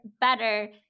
better